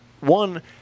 One